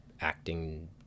acting